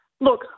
Look